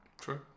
True